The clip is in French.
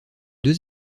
deux